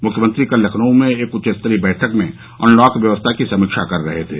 मुख्यमंत्री कल लखनऊ में एक उच्चस्तरीय बैठक में अनलॉक व्यवस्था की समीक्षा कर रहे थे